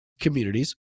communities